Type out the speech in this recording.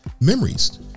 Memories